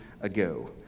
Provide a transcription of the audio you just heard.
ago